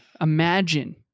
Imagine